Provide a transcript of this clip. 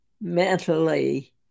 mentally